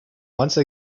once